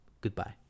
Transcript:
Goodbye